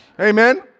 Amen